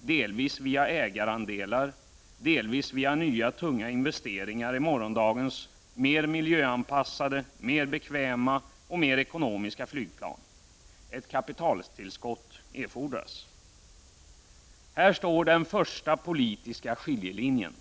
delvis via ägarandelar, delvis via nya tunga investeringar i morgondagens mer miljöanpassade, mer bekväma och mer ekonomiska flygplan. Ett kapitaltillskott erfordras. Här går den första politiska skiljelinjen.